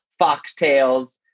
Foxtails